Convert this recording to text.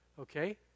Okay